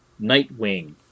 Nightwing